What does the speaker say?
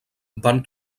van